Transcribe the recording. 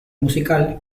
musical